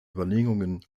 überlegungen